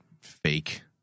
fake